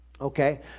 okay